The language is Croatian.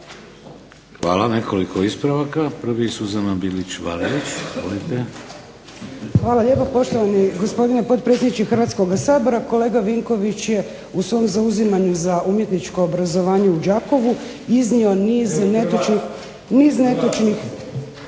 Izvolite. **Bilić Vardić, Suzana (HDZ)** Hvala lijepa poštovani gospodine potpredsjedniče Hrvatskoga sabora. Kolega Vinković je u svom zauzimanju za umjetničko obrazovanje u Đakovu iznio niz netočnih